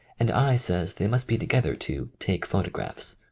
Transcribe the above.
and i. says they must be together to take photographs.